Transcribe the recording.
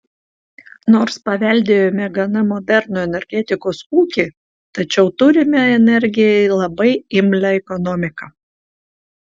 nors paveldėjome gana modernų energetikos ūkį tačiau turime energijai labai imlią ekonomiką